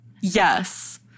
Yes